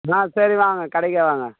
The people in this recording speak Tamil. ஆ சரி வாங்க கடைக்கே வாங்க